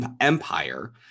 empire